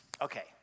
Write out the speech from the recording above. Okay